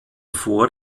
vor